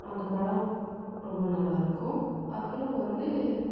அந்த படம் ரொம்ப நல்லா இருக்கும் அப்புறம் வந்து